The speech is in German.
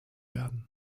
werden